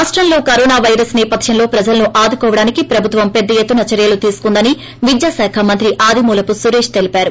రాష్టంలో corona virus సేపథ్యంలో ప్రజలను ఆదుకోవడానికి ప్రభుత్వం పెద్ద ఎత్తున చర్యలు తీసుకుందని విద్యాశాఖ మంత్రి అదిమూలపు సురేష్ తెలిపారు